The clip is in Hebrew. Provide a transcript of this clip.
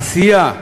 עשייה.